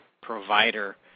provider